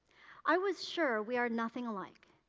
i was sure we are nothing alike,